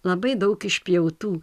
labai daug išpjautų